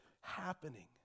happening